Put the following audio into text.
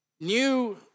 new